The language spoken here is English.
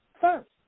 first